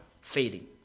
failing